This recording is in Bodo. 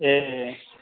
ए